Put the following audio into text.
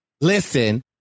Listen